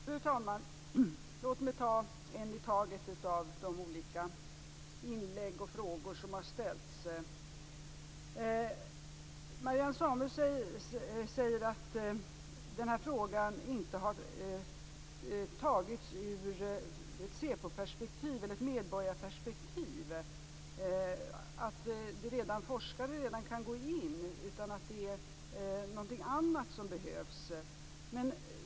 Fru talman! Låt mig ta en i taget av de olika frågor som har ställts. Marianne Samuelsson säger att frågan inte har behandlats ur ett säpo eller medborgarperspektiv. Forskare kan redan gå in och undersöka, men det är någonting annat som behövs.